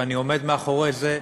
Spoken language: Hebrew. ואני עומד מאחורי זה,